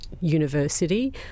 university